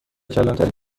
کلانتری